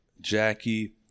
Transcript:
Jackie